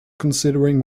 considering